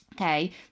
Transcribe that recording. okay